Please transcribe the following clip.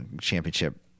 Championship